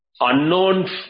unknown